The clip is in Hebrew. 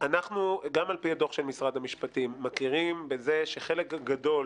גם על פי הדוח של משרד המשפטים אנחנו מכירים בזה שחלק גדול